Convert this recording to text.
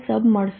sub મળશે